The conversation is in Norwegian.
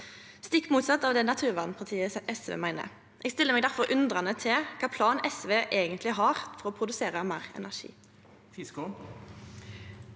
stikk motsett av det naturvernpartiet SV meiner. Eg stiller meg difor undrande til kva plan SV eigentleg har for å produsera meir energi.